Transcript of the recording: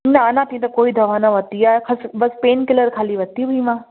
न अञा ताईं त कोई दवा न वरिती खस बसि पेन किलर ख़ाली वरिती हुई मां